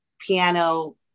piano